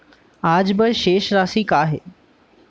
आज बर शेष राशि का हे?